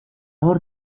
hor